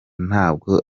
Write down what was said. ntabwo